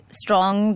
strong